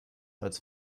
als